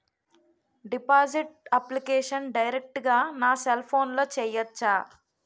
Deposit application direct గా నా cell ఫోన్లో చెయ్యచా?